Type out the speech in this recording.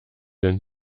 denn